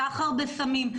סחר בסמים,